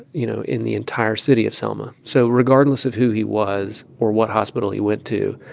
you know, in the entire city of selma. so regardless of who he was or what hospital he went to,